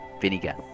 vinegar